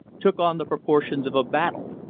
took on the proportions of a battle.